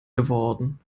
geworden